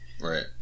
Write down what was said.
Right